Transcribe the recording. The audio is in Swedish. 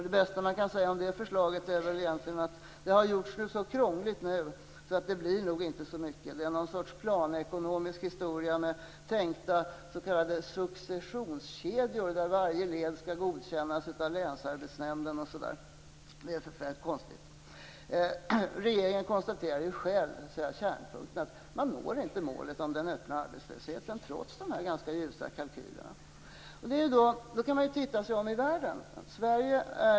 Det bästa man kan säga om det förslaget är att det har gjorts så krångligt att det nog inte blir så mycket av det. Det är en sorts planekonomisk historia med tänkta s.k. successionskedjor, där varje led skall godkännas av länsarbetsnämnden. Det är förfärligt konstigt. Regeringen konstaterar själv att man inte når målet om halvering av den öppna arbetslösheten, trots de ganska ljusa kalkylerna. Man kan se sig om i världen.